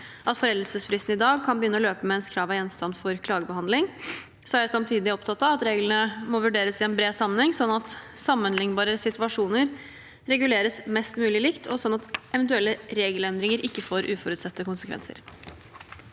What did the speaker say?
at foreldelsesfristen i dag kan begynne å løpe mens krav er gjenstand for klagebehandling. Samtidig er jeg opptatt av at reglene må vurderes i en bred sammenheng, sånn at sammenlignbare situasjoner reguleres mest mulig likt, og sånn at eventuelle regelendringer ikke får uforutsette konsekvenser.